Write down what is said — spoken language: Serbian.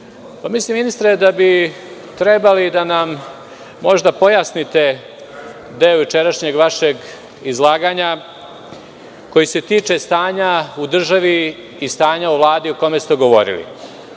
mislim ministre da bi trebalo da nam možda pojasnite deo jučerašnjeg vašeg izlaganja koji se tiče stanja u državi i stanja u Vladi o kome ste govorili.